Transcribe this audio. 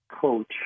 coach